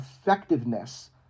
effectiveness